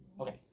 Okay